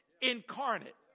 incarnate